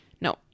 no